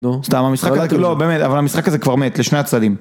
נו, לא, באמת, אבל המשחק הזה כבר מת לשני הצדדים